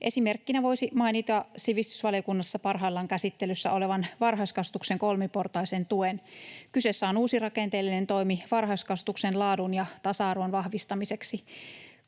Esimerkkinä voisi mainita sivistysvaliokunnassa parhaillaan käsittelyssä olevan varhaiskasvatuksen kolmiportaisen tuen. Kyseessä on uusi rakenteellinen toimi varhaiskasvatuksen laadun ja tasa-arvon vahvistamiseksi.